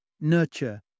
nurture